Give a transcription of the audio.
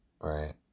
Right